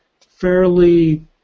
fairly